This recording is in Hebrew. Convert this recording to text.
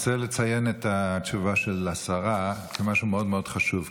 אני רוצה לציין את התשובה של השרה כמשהו מאוד מאוד חשוב,